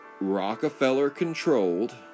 Rockefeller-controlled